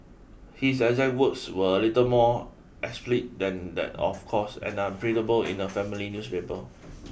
his exact words were a little more than that of course and unprintable in a family